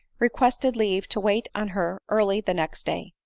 requested leave to wait on her early the next day.